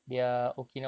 mm